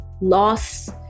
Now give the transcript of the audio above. loss